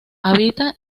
habita